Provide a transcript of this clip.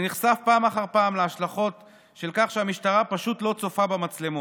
אני נחשף פעם אחר פעם להשלכות של זה שהמשטרה פשוט לא צופה במצלמות: